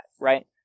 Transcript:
right